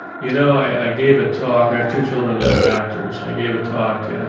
you know, i gave a talk. i have two children that are doctors. i gave a talk